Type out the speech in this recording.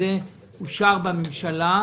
וזה אושר בממשלה.